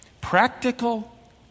Practical